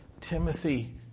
Timothy